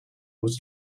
was